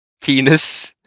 Penis